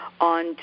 on